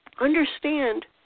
understand